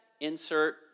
Insert